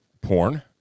porn